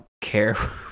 care